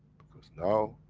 because now,